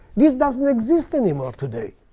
this doesn't exist anymore today.